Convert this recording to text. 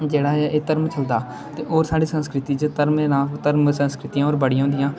जेह्ड़ा एह् एह् धर्म चलदा ते होर साढ़ी संस्कृति च धर्में दा धर्म संस्कृतियां होर बड़ियां होंदियां